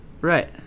Right